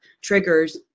triggers